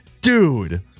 dude